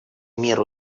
миру